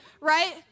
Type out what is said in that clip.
Right